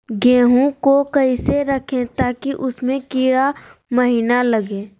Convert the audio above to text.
गेंहू को कैसे रखे ताकि उसमे कीड़ा महिना लगे?